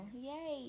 yay